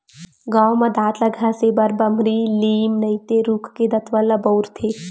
गाँव म दांत ल घसे बर बमरी, लीम नइते रूख के दतवन ल बउरथे